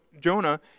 Jonah